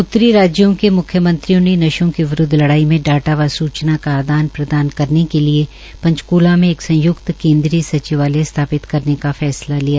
उत्तरी राज्यों के मुख्यमंत्रियों ने नशों के विरूद्व लड़ाई में डाटा व सूचना का आदान प्रदान करने के लिए पंचकूला में एक संयुक्त केन्द्रीय सचिवालय सचिवालय स्थापित करने का फैसला लिया